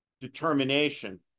determination